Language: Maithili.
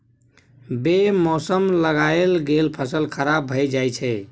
बे मौसम लगाएल गेल फसल खराब भए जाई छै